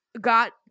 got